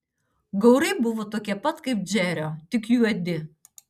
gaurai buvo tokie pat kaip džerio tik juodi